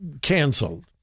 canceled